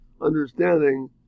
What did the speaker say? understanding